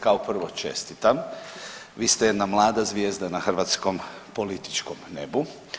Kao prvo čestitam, vi ste jedna mlada zvijezda na hrvatskom političkom nebu.